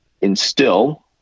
instill